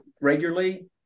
regularly